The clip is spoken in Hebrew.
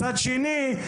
מצד שני,